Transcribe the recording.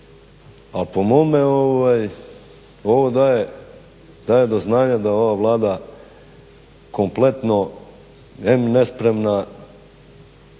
a po mome, ovo daje do znanja da ova Vlada kompletno em nespremna